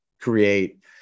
create